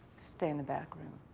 stay in the back room.